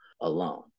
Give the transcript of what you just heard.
alone